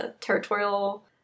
territorial